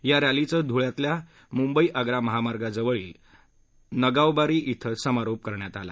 या रॅलीचे धुळ्यातील मुंबई आग्रा महामार्ग जवळील नगावबारी इथं समारोप करण्यात आला